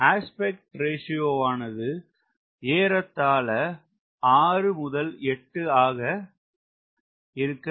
aspect ரேஷியோவானது ஏறத்தாழ 6 8 ஆக இருக்கும்